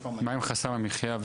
מה עם חסם המחייה,